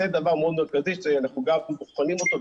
זה דבר מאוד מרכזי שאנחנו גם בוחנים אותו,